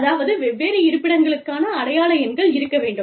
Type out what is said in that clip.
அதாவது வெவ்வேறு இருப்பிடங்களுக்கான அடையாள எண்கள் இருக்க வேண்டும்